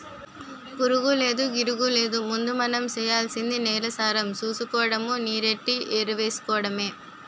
పురుగూలేదు, గిరుగూలేదు ముందు మనం సెయ్యాల్సింది నేలసారం సూసుకోడము, నీరెట్టి ఎరువేసుకోడమే